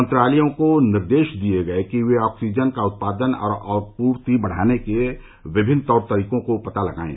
मंत्रालयों को निर्देश दिये गए कि ये ऑक्सीजन का उत्पादन और आपूर्ति बढाने के विभिन्न तौर तरीकों को पता लगाएं